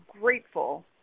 grateful